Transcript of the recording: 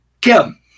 Kim